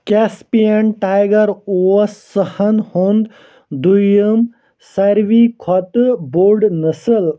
Caspian tiger اوس سٕہن ہُنٛد دوٚیم سارِوٕے کھۄتہٕ بوٚڈ نٔسل